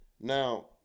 Now